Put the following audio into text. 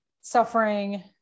suffering